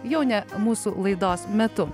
jau ne mūsų laidos metu